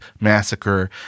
massacre